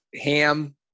ham